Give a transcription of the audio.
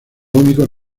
únicos